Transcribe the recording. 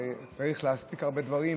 וצריך להספיק הרבה דברים,